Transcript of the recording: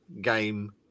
game